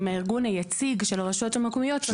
עם הארגון היציג לש הרשויות המקומיות,